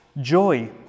joy